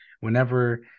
whenever